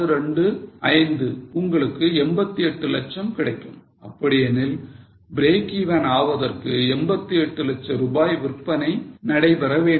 625 உங்களுக்கு 88 லட்சம் கிடைக்கும் அப்படியெனில் breakeven ஆவதற்கு 88 லட்ச ரூபாய்க்கு விற்பனை நடைபெற வேண்டும்